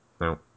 No